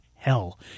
Hell